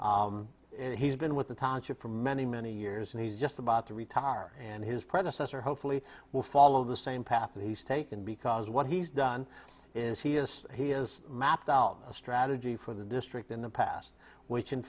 before he's been with the township for many many years and he's just about to retire and his predecessor hopefully will follow the same path that he's taken because what he's done is he has he has mapped out a strategy for the district in the past which in